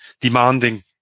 demanding